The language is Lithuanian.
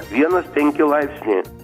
vienas penki laipsniai